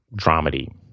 dramedy